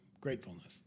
gratefulness